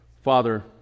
Father